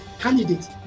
Candidate